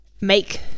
make